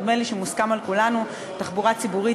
נדמה לי שמוסכם על כולנו שתחבורה ציבורית